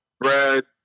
Brad